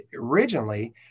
originally